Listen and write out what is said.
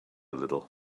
little